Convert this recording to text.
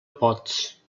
pots